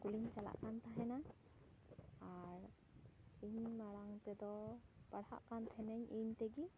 ᱤᱥᱠᱩᱞᱤᱧ ᱪᱟᱞᱟᱜ ᱠᱟᱱ ᱛᱟᱦᱮᱱᱟ ᱟᱨ ᱤᱧ ᱢᱟᱬᱟᱝ ᱛᱮ ᱫᱚ ᱯᱟᱲᱦᱟᱜ ᱠᱟᱱ ᱛᱟᱦᱮᱱᱟᱹᱧ ᱤᱧ ᱛᱮᱜᱮ